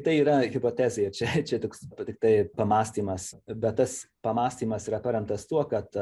tai yra hipotezė čia čia toks tiktai pamąstymas bet tas pamąstymas yra paremtas tuo kad